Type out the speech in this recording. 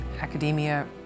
academia